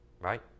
Right